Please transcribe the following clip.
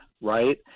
Right